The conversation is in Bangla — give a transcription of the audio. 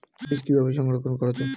বীজ কিভাবে সংরক্ষণ করা যায়?